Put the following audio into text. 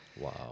Wow